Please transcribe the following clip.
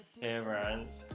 favorites